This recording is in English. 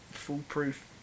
foolproof